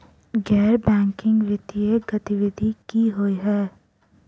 गैर बैंकिंग वित्तीय गतिविधि की होइ है?